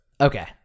Okay